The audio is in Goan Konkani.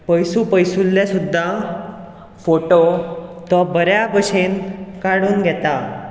पयस पयसुल्लें सुद्दां फोटो तो बऱ्या भशेन काडून घेता